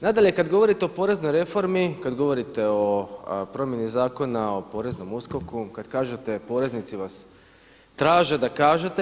Nadalje, kad govorite o poreznoj reformi, kad govorite o promjeni Zakona o Poreznom USKOK-u, kad kažete poreznici vas traže da kažete.